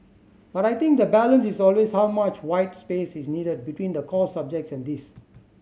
but I think the balance is always how much white space is needed between the core subjects and this